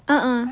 a'ah